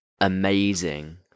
amazing